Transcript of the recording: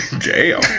jail